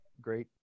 great